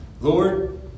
Lord